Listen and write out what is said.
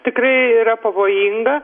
tikrai yra pavojinga